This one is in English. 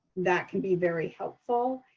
that can be very helpful.